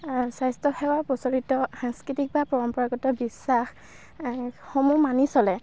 স্বাস্থ্যসেৱা প্ৰচলিত সাংস্কৃতিক বা পৰম্পৰাগত বিশ্বাস সমূহ মানি চলে